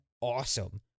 awesome